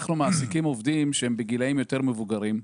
אנחנו מעסיקים עובדים שהם בגילאים יותר מבוגרים,